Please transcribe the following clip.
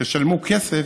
תשלמו כסף,